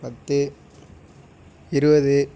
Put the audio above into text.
பத்து இருபது